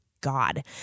God